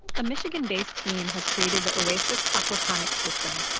a michigan-based team has created the oasis aquaponics system.